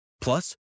Plus